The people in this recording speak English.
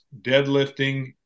deadlifting